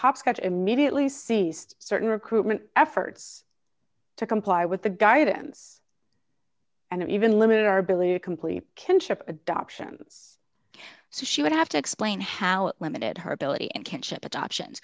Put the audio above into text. hopscotched immediately seized certain recruitment efforts to comply with the gardens and even limit our ability to complete kinship adoptions so she would have to explain how limited her ability and can ship adoption